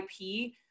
IP